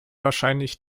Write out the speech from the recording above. wahrscheinlich